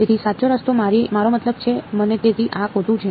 તેથી સાચો રસ્તો મારો મતલબ છે અને તેથી આ ખોટું છે